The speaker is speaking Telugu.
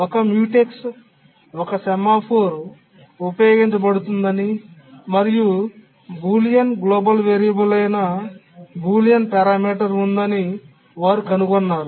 ఒక మ్యూటెక్స్ ఒక సెమాఫోర్ ఉపయోగించబడుతుందని మరియు బూలియన్ గ్లోబల్ వేరియబుల్ అయిన బూలియన్ పారామితి ఉందని వారు కనుగొన్నారు